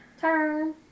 turn